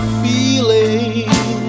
feeling